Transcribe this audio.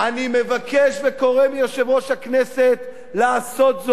אני מבקש וקורא ליושב-ראש הכנסת לעשות זאת.